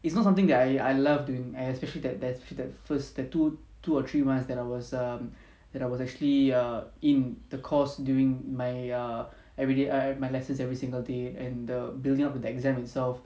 it's not something that I I love doing especially that that's the first that two two or three months that I was um I was actually err in the course during my err everyday err my lessons every single day and the building up the exam itself